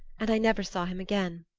and i never saw him again.